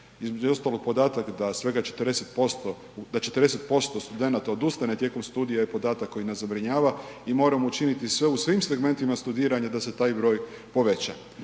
Između ostalog podatak da svega 40%, da 40% studenata odustane tijekom studija je podatak koji nas zabrinjava i moramo učiniti sve u svim segmentima studiranja da se taj broj poveća.